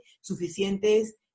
suficientes